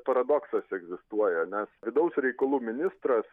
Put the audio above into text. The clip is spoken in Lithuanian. paradoksas egzistuoja nes vidaus reikalų ministras